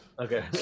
Okay